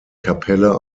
kapelle